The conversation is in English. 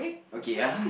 okay ah